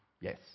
yes